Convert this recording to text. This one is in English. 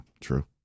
true